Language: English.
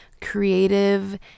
creative